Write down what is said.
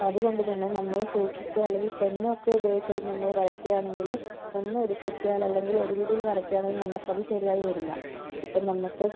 അപ്പം അതുകൊണ്ട് തന്നെ നമ്മള് സൂക്ഷിച്ചോ അല്ലെങ്കിൽ പെന്ന് ഒക്കെ ഉപയോഗിച്ച് നമ്മള് വരയ്ക്കുവാണെങ്കില് ഒന്ന് ഒരു തെറ്റിയാൽ അല്ലങ്കിൽ എടുപിടിയിൽ വരയ്കുവാണെങ്കിൽ നമുക്ക് അത് ശെരിയായി വരില്ല ഇപ്പം നമുക്ക്